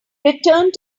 returned